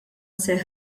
seħħ